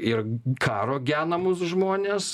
ir karo genamus žmones